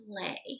play